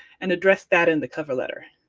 and address that in the cover letter.